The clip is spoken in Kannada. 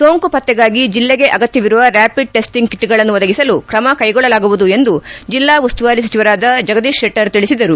ಸೋಂಕು ಪತ್ತೆಗಾಗಿ ಜಿಲ್ಲೆಗೆ ಅಗತ್ಯವಿರುವ ರ್ನಾಪಿಡ್ ಟ್ಸಿಂಗ್ ಕಿಟ್ಗಳನ್ನು ಒದಗಿಸಲು ಕ್ರಮಕ್ಟೆಗೊಳ್ಳಲಾಗುವುದು ಎಂದು ಜಿಲ್ಲಾ ಉಸ್ತುವಾರಿ ಸಚಿವರಾದ ಜಗದೀಶ್ ಶೆಟ್ಟರ್ ತಿಳಿಸಿದರು